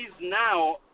now